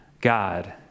God